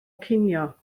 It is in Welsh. cinio